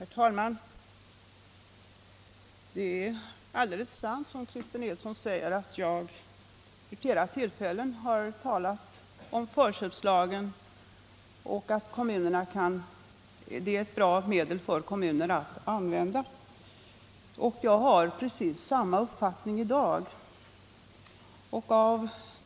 Herr talman! Det är alldeles sant som Christer Nilsson säger att jag vid flera tillfällen sagt att förköpslagen är ett bra verktyg för kommunerna. Jag har precis samma uppfattning i dag.